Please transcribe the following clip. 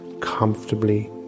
comfortably